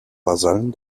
vasallen